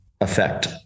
effect